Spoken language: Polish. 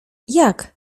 jak